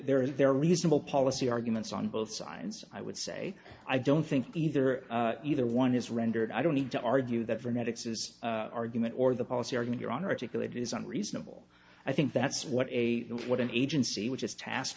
there is there are reasonable policy arguments on both sides i would say i don't think either either one is rendered i don't need to argue that dramatics is argument or the policy or going your own articulate is unreasonable i think that's what a what an agency which is tasked